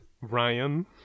Ryan